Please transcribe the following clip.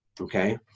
okay